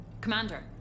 Commander